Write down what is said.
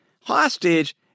hostage